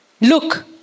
Look